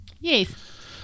Yes